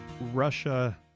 Russia